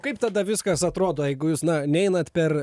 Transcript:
kaip tada viskas atrodo jeigu jūs na neinat per